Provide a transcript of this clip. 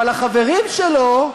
אבל החברים שלו,